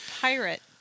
pirate